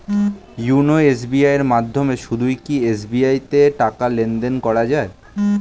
YONO SBI এর মাধ্যমে শুধুই কি এস.বি.আই তে টাকা লেনদেন করা যায়?